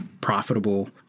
profitable